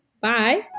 Bye